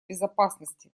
безопасности